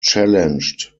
challenged